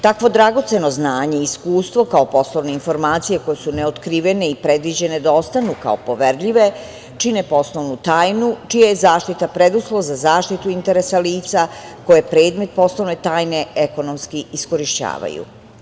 Takvo dragoceno znanje i iskustvo kao poslovne informacije koje su neotkrivene i predviđene da ostanu kao poverljive čine poslovnu tajnu čija je zaštita preduslov za zaštitu interesa lica koje predmet poslovne tajne ekonomski iskorišćavaju.